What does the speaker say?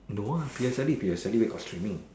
no lah P_S_L_E P_S_L_E where got streaming